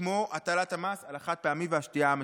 כמו הטלת המס על החד-פעמי והשתייה המתוקה.